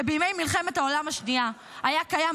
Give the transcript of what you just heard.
שבימי מלחמת העולם השנייה היה קיים